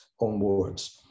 onwards